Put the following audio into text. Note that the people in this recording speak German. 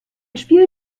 spiel